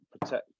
protect